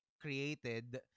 created